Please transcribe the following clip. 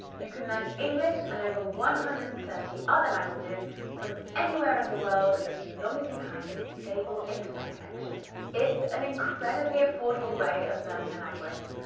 you can learn english and over one hundred and thirty other languages from anywhere in the world, as long as you have a stable internet connection. it's an incredibly affordable way of learning a language,